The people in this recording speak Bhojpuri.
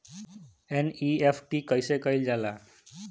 एन.ई.एफ.टी कइसे कइल जाला?